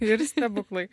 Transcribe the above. ir stebuklai